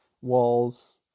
walls